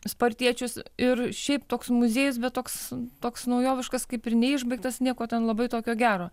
spartiečius ir šiaip toks muziejus bet toks toks naujoviškas kaip ir neišbaigtas nieko ten labai tokio gero